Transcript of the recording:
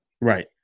Right